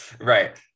Right